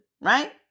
right